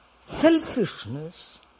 selfishness